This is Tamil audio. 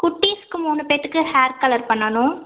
குட்டீஸ்க்கு மூணு பேர்த்துக்கு ஹேர் கலர் பண்ணணும்